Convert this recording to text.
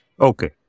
Okay